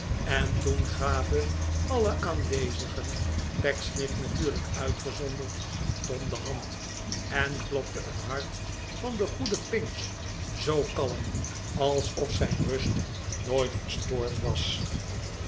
en toen gaven alle aanwezigen pecksniff natuurlijk uitgezonderd tom de hand en klopte het hart van den goeden pinch zoo kalm alsof zijn rust nooit verstoord was